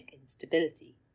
instability